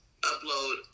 upload